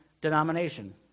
denomination